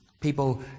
People